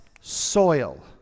soil